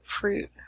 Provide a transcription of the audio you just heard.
fruit